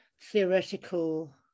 theoretical